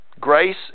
grace